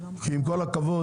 כי עם כל הכבוד